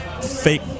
fake